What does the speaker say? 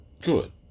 good